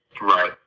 Right